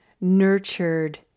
nurtured